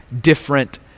different